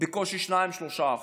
בקושי 2%-3%.